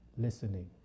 Listening